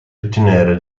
ottenere